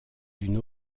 d’une